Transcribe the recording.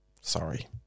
Sorry